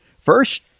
First